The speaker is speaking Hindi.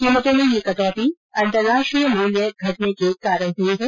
कीमतों में यह कटौती अंतरराष्ट्रीय मूल्य घटने के कारण हई है